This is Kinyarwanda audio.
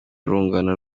urungano